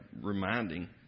reminding